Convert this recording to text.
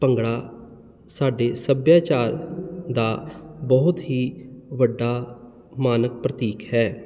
ਭੰਗੜਾ ਸਾਡੇ ਸੱਭਿਆਚਾਰ ਦਾ ਬਹੁਤ ਹੀ ਵੱਡਾ ਮਨ ਪ੍ਰਤੀਕ ਹੈ